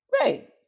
Right